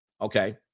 Okay